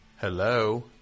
Hello